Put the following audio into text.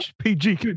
PG